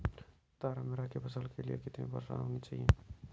तारामीरा की फसल के लिए कितनी वर्षा होनी चाहिए?